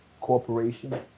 corporation